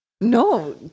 No